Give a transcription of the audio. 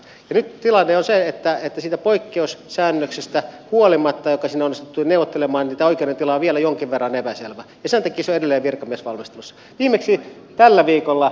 nyt tilanne on se että siitä poikkeussäännöksestä huolimatta joka sinne on onnistuttu neuvottelemaan tämä oikeudentila on vielä jonkin verran epäselvä ja sen takia se on edelleen virkamiesvalmistelussa